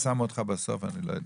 אז למה שמו אותך בסוף, אני לא יודע.